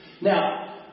Now